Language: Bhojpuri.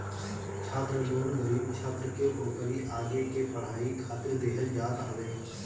छात्र लोन गरीब छात्र के ओकरी आगे के पढ़ाई खातिर देहल जात हवे